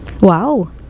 Wow